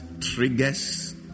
triggers